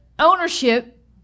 Ownership